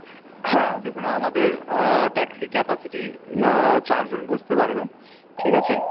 হ্যাঁ দেখুন আমাদের ট্যাক্সি ক্যাপাসিটি চার জন বসতে পারবে ঠিক আছে